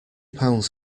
pounds